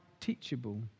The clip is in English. teachable